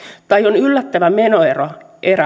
tai on yllättävä menoerä